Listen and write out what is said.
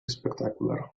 spectacular